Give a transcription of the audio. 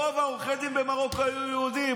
רוב עורכי הדין במרוקו היו יהודים,